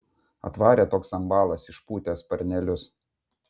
atvarė toks ambalas išpūtęs sparnelius